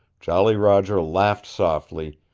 jolly roger laughed softly,